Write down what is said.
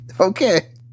Okay